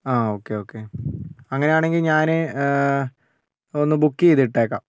ആ okay okay അങ്ങനെയാണെങ്കിൽ ഞാൻ ഒന്ന് ബുക്ക് ചെയ്തിട്ടേക്കാം